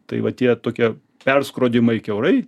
tai va tie tokie perskrodimai kiaurai